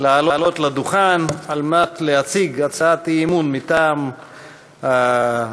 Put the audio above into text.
לעלות לדוכן כדי להציג הצעת אי-אמון מטעם המחנה